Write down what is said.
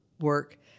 work